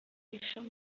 ashaka